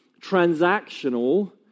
transactional